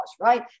right